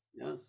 yes